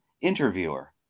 interviewer